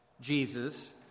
Jesus